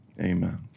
Amen